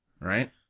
Right